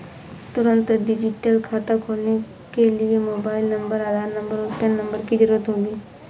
तुंरत डिजिटल खाता खोलने के लिए मोबाइल नंबर, आधार नंबर, और पेन नंबर की ज़रूरत होगी